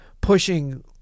pushing